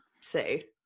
say